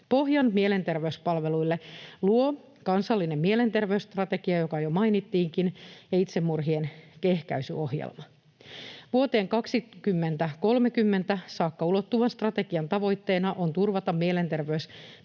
Pohjan mielenterveyspalveluille luo kansallinen mielenterveysstrategia, joka jo mainittiinkin, ja itsemurhien ehkäisyohjelma. Vuoteen 2030 saakka ulottuvan strategian tavoitteena on turvata mielenterveystyön